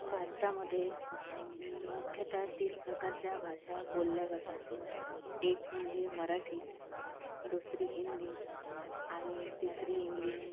भारतामधे मुख्यतः तीन प्रकारच्या भाषा बोलल्या जातात एक म्हणजे मराठी दुसरी हिंदी आणि तिसरी इंग्लिश